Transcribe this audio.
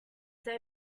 they